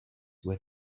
with